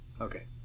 okay